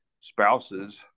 spouses